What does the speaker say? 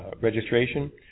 registration